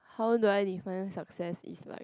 how do I define success is like